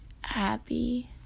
happy